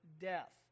death